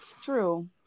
True